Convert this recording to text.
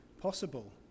possible